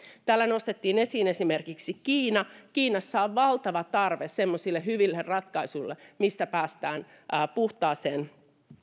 täällä nostettiin esiin esimerkiksi kiina kiinassa on valtava tarve semmoisille hyville ratkaisuille millä päästään puhtaaseen